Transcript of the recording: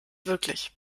wirklich